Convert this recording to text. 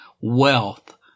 wealth